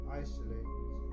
isolate